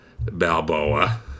Balboa